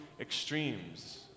extremes